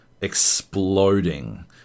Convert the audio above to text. exploding